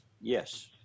Yes